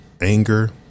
anger